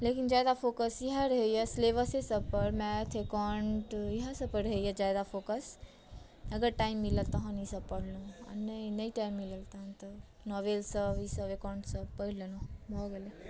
लेकिन जादा फोकस इयाह रहैया सिलेब से सभ पर मैथ एकाउण्ट इयाह सभ पर रहैया जादा फोकस अगर टाइम मिलै तहन ओ सभ पढ़लहुँ आ नहि नहि टाइम मिलल तऽ नॉवेल सभ एकाउण्ट ई सभ पढ़ि लेलहुँ नॉवेल